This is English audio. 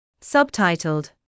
Subtitled